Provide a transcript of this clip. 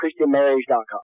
ChristianMarriage.com